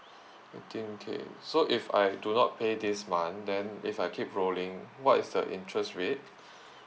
eighteen K so if I do not pay this month then if I keep rolling what is the interest rate